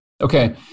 Okay